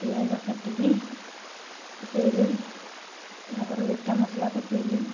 ପିଆଜ କାଟିକି ପକାଇଲି ତାପରେ ଗୋଟା ମସଲା ପକାଇଲି